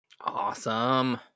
Awesome